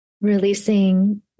releasing